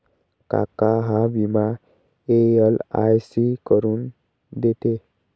काका हा विमा एल.आय.सी करून देते